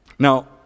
Now